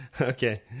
okay